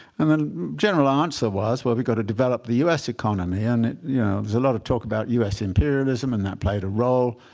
and the general answer was, well, we've got to develop the us economy. and yeah there's a lot of talk about us imperialism. and that played a role.